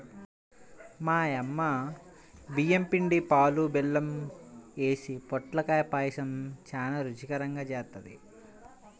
మా యమ్మ బియ్యం పిండి, పాలు, బెల్లం యేసి పొట్లకాయ పాయసం చానా రుచికరంగా జేత్తది